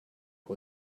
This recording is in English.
who